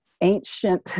ancient